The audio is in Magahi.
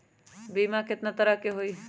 बीमा केतना तरह के होइ?